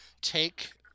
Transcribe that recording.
take